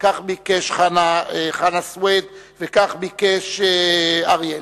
כך ביקש חנא סוייד וכך ביקש אריה אלדד.